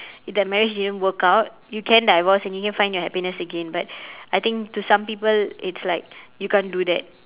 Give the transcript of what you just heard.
if that marriage didn't work out you can divorce and you can find your happiness again but I think to some people it's like you can't do that